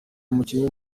umukinnyi